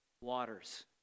waters